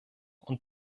und